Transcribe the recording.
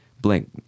blink